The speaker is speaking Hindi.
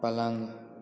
पलंग